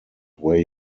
where